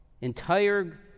entire